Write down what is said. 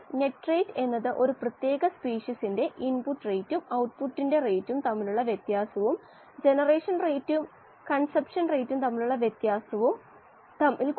നിരക്ക് ഒരേ പോലെ അതിനാൽ വാതക ദ്രാവക ഇന്റർഫെയിസിൽ പ്രവേശിക്കുന്ന ഓക്സിജൻ ഫ്ലക്സ് വാതക ദ്രാവക ഇന്റർഫെയിസ് വിടുന്ന ഓക്സിജൻ ഫ്ലക്സിന് തുല്യമാകണം